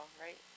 right